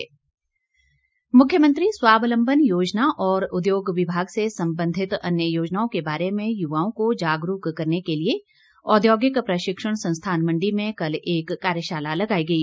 कार्यशाला मुख्यमंत्री स्वावलम्बन योजना और उद्योग विभाग से सम्बन्धित अन्य योजनाओं के बारे में युवाओं को जागरूक करने के लिए औद्योगिक प्रशिक्षण संस्थान मंडी में कल एक कार्यशाला लगाई गई